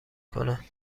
کنم